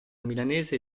milanese